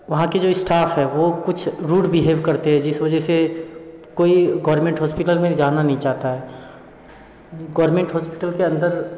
वहाँ की जो स्टाफ है वो कुछ रुड बीहेब करते है जिस वजह से कोई गौरमेंट हॉस्पिटल में जाना नहीं चाहता है गौरमेंट हॉस्पिटल के अन्दर